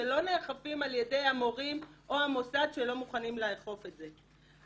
שלא נאכף על ידי המורים או המוסד שלא מוכנים לאכוף את זה.